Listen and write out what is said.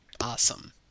Awesome